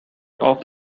off